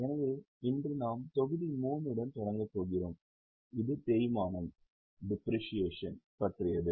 எனவே இன்று நாம் தொகுதி 3 உடன் தொடங்கப் போகிறோம் இது தேய்மானம் பற்றியது